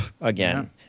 again